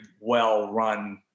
well-run